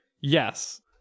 yes